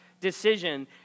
decision